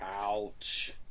Ouch